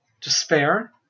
Despair